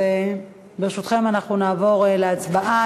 ברשותכם, אנחנו נעבור להצבעה